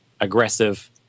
aggressive